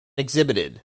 exhibited